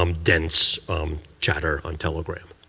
um dense chatter on telegram.